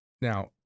Now